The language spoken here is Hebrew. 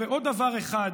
ועוד דבר אחד,